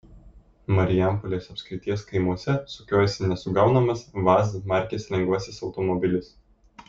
marijampolės apskrities kaimuose sukiojasi nesugaunamas vaz markės lengvasis automobilis